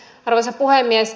arvoisa puhemies